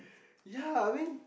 ya I mean